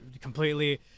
completely